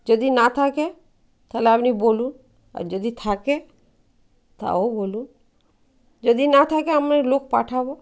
যদি না থাকে থালে আপনি বলুন আর যদি থাকে তাও বলুন যদি না থাকে আমি লোক পাঠাবো